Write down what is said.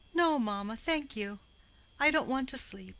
no, mamma, thank you i don't want to sleep.